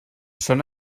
són